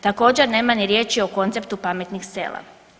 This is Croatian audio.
Također nema ni riječi o konceptu pametnih sela.